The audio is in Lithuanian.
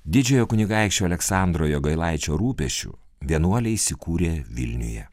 didžiojo kunigaikščio aleksandro jogailaičio rūpesčiu vienuoliai įsikūrė vilniuje